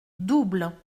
double